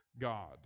God